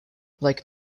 like